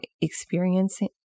experiencing